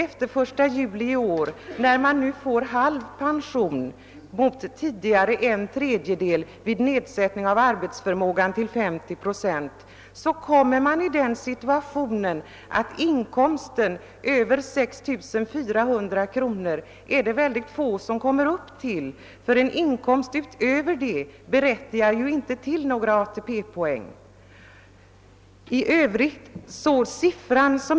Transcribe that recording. Efter den 1 juli i år får man halv pension mot tidigare en tredjedel vid nedsättning av arbetsförmågan med 50 procent. Det är väldigt få som kommer upp till inkomster över 6 400 kronor, och en inkomst under detta belopp berättigar inte till några ATP-poäng.